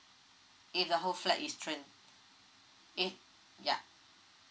if the whole flat is if ya